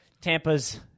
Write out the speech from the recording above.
Tampa's